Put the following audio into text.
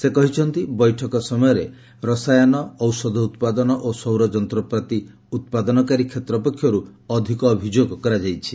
ସେ କହିଛନ୍ତି ବୈଠକ ସମୟରେ ରସାୟନ ଔଷଧ ଉତ୍ପାଦନ ଓ ସୌର ଯନ୍ତ୍ରପାତି ଉତ୍ପାଦନକାରୀ କ୍ଷେତ୍ର ପକ୍ଷରୁ ଅଧିକ ଅଭିଯୋଗ କରାଯାଇଛି